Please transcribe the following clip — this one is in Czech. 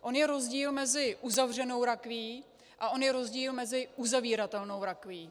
On je rozdíl mezi uzavřenou rakví a on je rozdíl mezi uzavíratelnou rakví.